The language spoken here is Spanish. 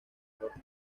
ropa